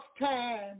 time